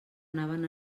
anaven